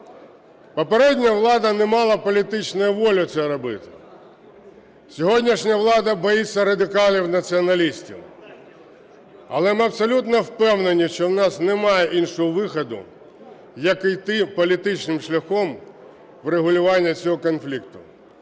Попередня влада не мала політичної волі це робити, сьогоднішня влада боїться радикалів-націоналістів. Але ми абсолютно впевнені, що в нас немає іншого виходу, як йти політичним шляхом врегулювання цього конфлікту.